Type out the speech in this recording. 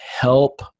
help